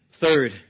Third